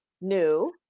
new